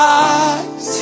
eyes